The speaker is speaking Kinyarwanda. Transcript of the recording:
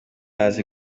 azi